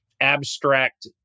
abstract